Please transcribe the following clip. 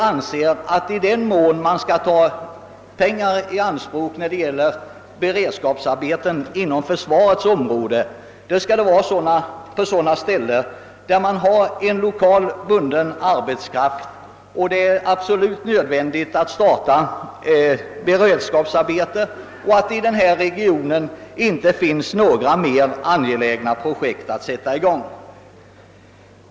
I den mån pengar skall tas i anspråk när det gäller beredskapsarbeten inom försvarsområdet bör detta ske på sådana ställen där det finns en lokalt bunden arbetskraft och där det är absolut nödvändigt att starta bered skapsarbeten, eftersom det i regionen inte föreligger några mer angelägna projekt som kan sättas i gång.